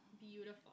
Beautiful